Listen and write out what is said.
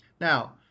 Now